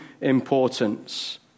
importance